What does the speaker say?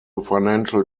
financial